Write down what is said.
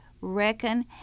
reckon